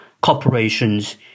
corporations